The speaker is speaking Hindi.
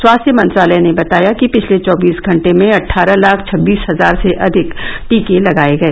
स्वास्थ्य मंत्रालय ने बताया कि पिछले चौबीस घंटे में अट्ठारह लाख छब्बीस हजार से अधिक टीके लगाए गए